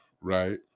right